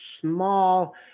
small